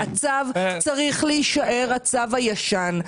הצו, צריך להישאר הצו הישן.